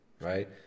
right